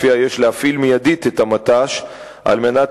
שלפיה יש להפעיל מיידית את המט"ש על מנת